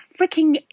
freaking